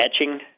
etching